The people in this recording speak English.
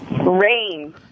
Rain